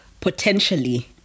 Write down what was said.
potentially